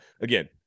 again